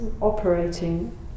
operating